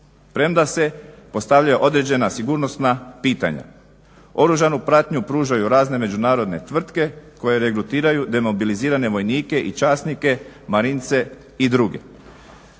premda se postavljaju određena sigurnosna pitanja. Oružanu pratnju pružaju razne međunarodne tvrtke koje regrutiraju demobilizirane vojnike i časnike, marince i druge.